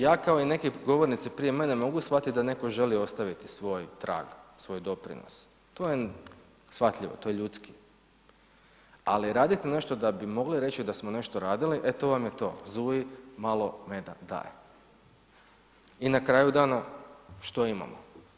Ja kao i neki govornici prije mene mogu shvatit da neko želi ostaviti svoj trag, svoj doprinos, to je shvatljivo, to je ljudski, ali raditi nešto da bi mogli reći da smo nešto radili, e to vam je to, zuji malo meda daje i na kraju dana što imamo?